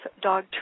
Dog